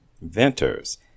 Venters